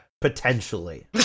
potentially